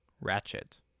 ratchet